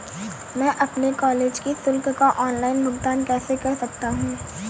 मैं अपने कॉलेज की शुल्क का ऑनलाइन भुगतान कैसे कर सकता हूँ?